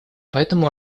поэтому